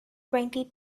twenty